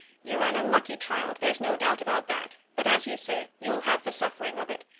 you're an unlucky child, there's no doubt about that but as you say, you'll have the suffering of it.